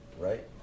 right